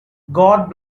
god